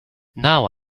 now